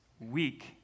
weak